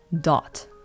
dot